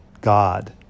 God